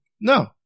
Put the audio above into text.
No